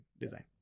design